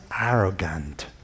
arrogant